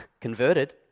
converted